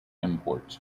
imports